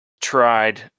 tried